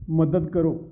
ਮਦਦ ਕਰੋ